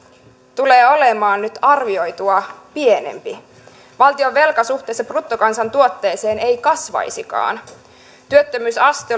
tulee olemaan nyt arvioitua pienempi valtionvelka suhteessa bruttokansantuotteeseen ei kasvaisikaan työttömyysaste